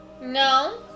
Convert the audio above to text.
No